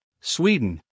Sweden